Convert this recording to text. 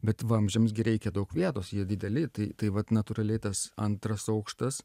bet vamzdžiams gi reikia daug vietos jie dideli tai tai vat natūraliai tas antras aukštas